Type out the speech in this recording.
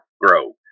grow